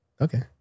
Okay